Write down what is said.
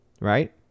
right